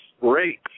great